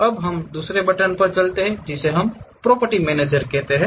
अब हम उस दूसरे बटन पर चलते हैं जिसे हम प्रॉपर्टी मैनेजर कहते हैं